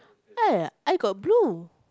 eh I got blue